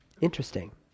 interesting